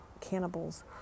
cannibals